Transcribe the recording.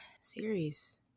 series